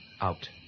Out